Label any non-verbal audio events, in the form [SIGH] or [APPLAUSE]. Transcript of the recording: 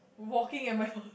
walking at my [LAUGHS]